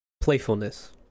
Playfulness